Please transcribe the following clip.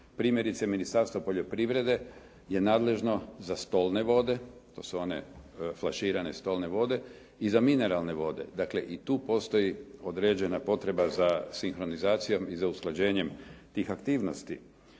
Primjerice Ministarstvo poljoprivrede je nadležno za stolne vode, to su one flaširane stolne vode i za mineralne vode. Dakle i tu postoji određena potreba za sinkronizacijom i za usklađenjem tih aktivnosti.